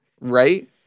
Right